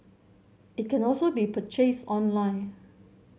it can also be purchased online